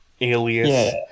alias